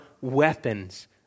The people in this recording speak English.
weapons